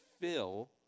fill